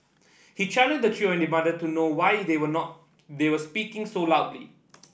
he challenged the trio and demanded to know why they were not they were speaking so loudly